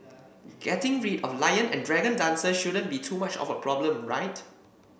getting rid of lion and dragon dances shouldn't be too much of a problem right